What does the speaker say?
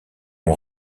ont